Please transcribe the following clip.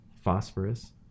phosphorus